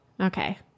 Okay